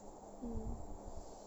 mm